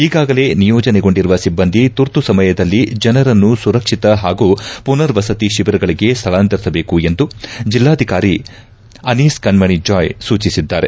ಈಗಾಗಲೇ ನಿಯೋಜನೆಗೊಂಡಿರುವ ಸಿಬ್ಲಂದಿ ತುರ್ತು ಸಮಯದಲ್ಲಿ ಜನರನ್ನು ಸುರಕ್ಷಿತ ಹಾಗೂ ಮನರ್ ವಸತಿ ಶಿಬಿರಗಳಿಗೆ ಸ್ವಳಾಂತರಿಸಬೇಕು ಎಂದು ಜಿಲ್ಲಾಧಿಕಾರಿ ಅನೀಸ್ ಕಣ್ಣಣಿ ಜಾಯ್ ಸೂಚಿಸಿದ್ದಾರೆ